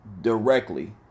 directly